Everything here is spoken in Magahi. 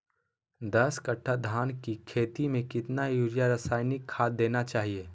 दस कट्टा धान की खेती में कितना यूरिया रासायनिक खाद देना चाहिए?